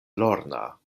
lorna